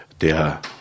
der